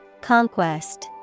Conquest